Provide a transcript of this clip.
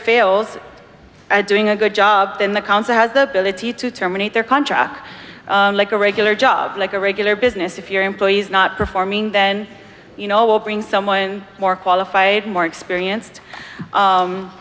fails at doing a good job then the council has the ability to terminate their contre like a regular job like a regular business if your employees not performing then you know will bring someone more qualified more experienced